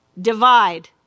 Divide